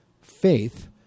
Faith